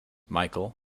michael